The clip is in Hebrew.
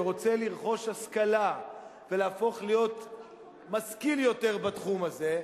ורוצה לרכוש השכלה ולהפוך להיות משכיל יותר בתחום הזה,